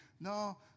No